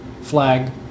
flag